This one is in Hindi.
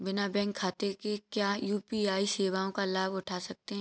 बिना बैंक खाते के क्या यू.पी.आई सेवाओं का लाभ उठा सकते हैं?